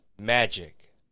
magic